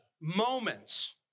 moments